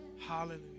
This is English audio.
hallelujah